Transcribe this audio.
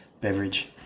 beverage